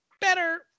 better